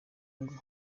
ngo